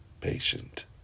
Patient